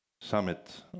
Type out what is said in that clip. summit